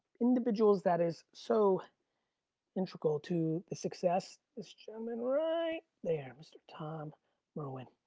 individuals that is so integral to the success, this gentleman right there, mr. tom merwin.